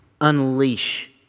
Unleash